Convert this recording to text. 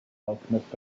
alchemist